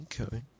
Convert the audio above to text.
Okay